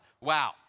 Wow